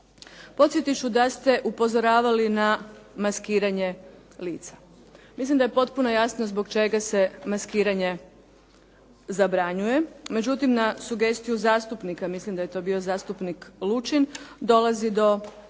Podsjetit ću da ste upozoravali na maskiranje lica. Mislim da je potpuno jasno zbog čega se maskiranje zabranjuje. Međutim, na sugestiju zastupnika mislim da je to bio zastupnik Lučin dolazi do